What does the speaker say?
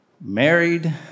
married